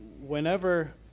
Whenever